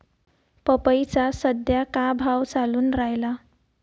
पपईचा सद्या का भाव चालून रायला?